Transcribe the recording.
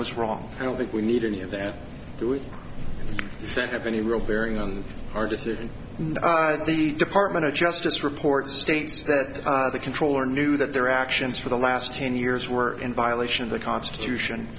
was wrong i don't think we need an that you would think have any real bearing on our decision the department of justice report states that the controller knew that their actions for the last ten years were in violation of the constitution